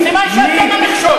סימן שאתם המכשול,